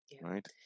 right